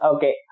Okay